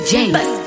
James